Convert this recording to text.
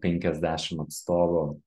penkiasdešim atstovų